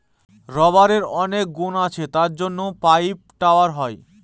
রাবারের অনেক গুণ আছে তার জন্য পাইপ, টায়ার হয়